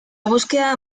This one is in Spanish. búsqueda